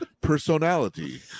personality